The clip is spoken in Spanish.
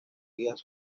hijos